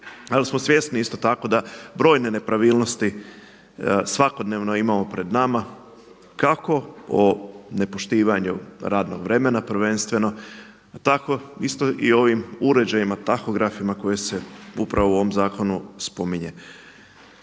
Ali smo svjesni isto tako da brojne nepravilnosti svakodnevno imamo pred nama kako o nepoštivanju radnog vremena prvenstveno, tako isto i ovim uređajima tahografima koje se upravo u ovom zakonu spominje.